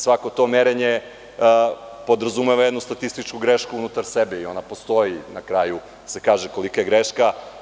Svako to merenje podrazumeva jednu statističku grešku unutar sebe i ona postoji, i na kraju se kaže kolika je greška.